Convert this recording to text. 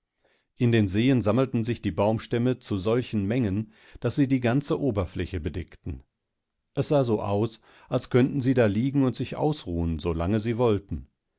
ging es ganzleicht aberdawarenandere dieamuferentlangtrieben unddiestießen gegenlandzungenan odersiebliebenindemstehendenwasserderbuchten liegen indenseensammeltensichdiebaumstämmezusolchenmengen daß sie die ganze oberfläche bedeckten es sah so aus als könnten sie da liegen und sich ausruhen so lange sie wollten